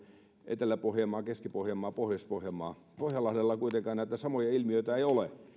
etelä pohjanmaa keski pohjanmaa pohjois pohjanmaa pohjanlahdella kuitenkaan näitä samoja ilmiöitä ei ole